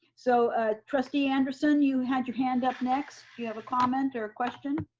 so ah trustee anderson, you had your hand up next. you have a comment or a question?